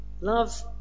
Love